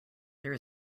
there